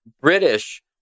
British